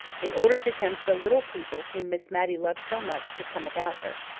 in order to tempt the little people whom miss matty loved so much to come about her.